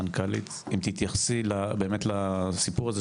אני מבקש שתתייחסי באמת לסיפור הזה,